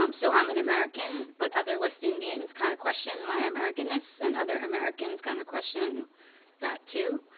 um so, i'm an american, but other west indians kind of question my americaness, and other americans kind of question that too.